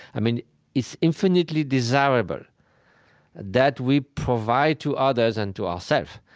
i mean it's infinitely desirable that we provide to others, and to ourselves,